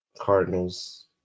Cardinals